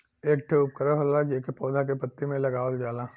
एक ठे उपकरण होला जेके पौधा के पत्ती में लगावल जाला